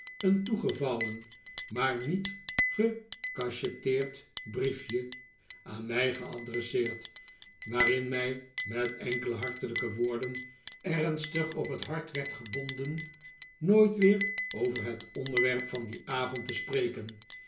een toegevouwen maar niet gecacheteerd brief je aan mij geadresseerd waarin mij met enkele hartelijke woorden ernstig op het hart werd gebonden nooit weer over het onderwerp van dien avond te spreken